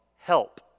Help